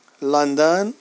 London